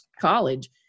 college